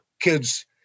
kids